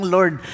Lord